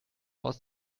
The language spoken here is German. aus